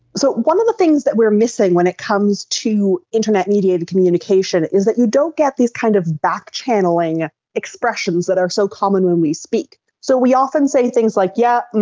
so one of the things that we are missing when it comes to internet media and communication is that you don't get these kind of back-channelling expressions that are so common when we speak. so we often say things like yeah, and